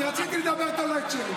אני רציתי לדבר, תן לו את שלי.